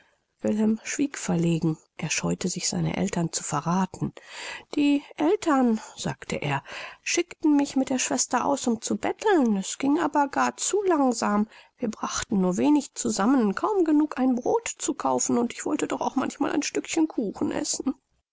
schwieg verlegen er scheute sich seine eltern zu verrathen die eltern sagte er schickten mich mit der schwester aus um zu betteln es ging aber gar zu langsam wir brachten nur wenig zusammen kaum genug ein brod zu kaufen und ich wollte doch auch manchmal ein stückchen kuchen essen